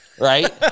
Right